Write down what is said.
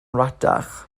rhatach